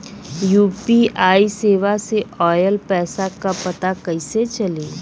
UPI सेवा से ऑयल पैसा क पता कइसे चली?